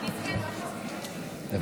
התשפ"ד 2023,